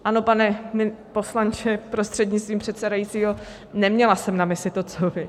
Ano, pane poslanče, prostřednictvím předsedajícího, neměla jsem na mysli to, co vy.